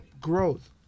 growth